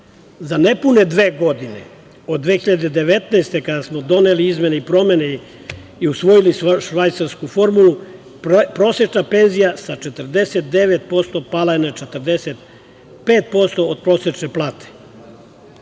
nepune dve godine, od 2019. godine, kada smo doneli izmene i promene i usvojili švajcarsku formulu, prosečna penzija sa 49% pala je na 45% od prosečne plate.